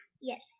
yes